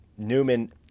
Newman